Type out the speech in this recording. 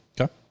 Okay